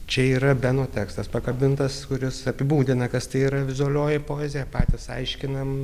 čia yra beno tekstas pakabintas kuris apibūdina kas tai yra vizualioji poezija patys aiškinam